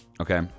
Okay